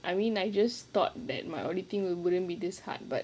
I mean I just thought that my only thing wou~ wouldn't be this hard but